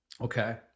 Okay